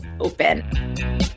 open